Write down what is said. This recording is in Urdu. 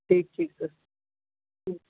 ٹھیک ٹھیک سر ٹھیک